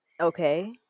Okay